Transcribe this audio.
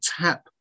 tap